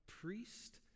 priest